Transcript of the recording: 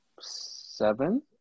seven